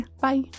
Bye